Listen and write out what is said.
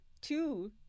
two